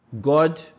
god